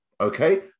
Okay